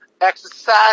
exercise